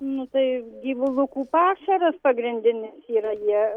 nu tai gyvulukų pašaras pagrindinis yra jie